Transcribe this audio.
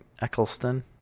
Eccleston